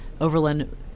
Overland